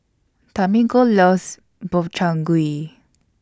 Tamiko loves Gobchang Gui